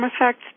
effects